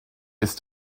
ist